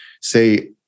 say